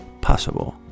possible